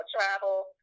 travel